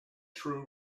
true